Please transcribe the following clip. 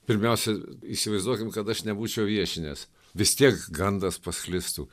pirmiausia įsivaizduokim kad aš nebūčiau viešinęs vis tiek gandas pasklistų